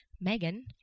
Megan